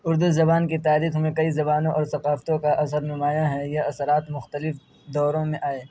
اردو زبان کی تاریخ میں کئی زبانوں اور ثقافتوں کا اثر نمایاں ہے یہ اثرات مختلف دوروں میں آئے